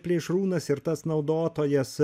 plėšrūnas ir tas naudotojas